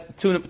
two